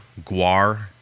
Guar